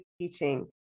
teaching